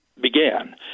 began